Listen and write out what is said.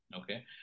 okay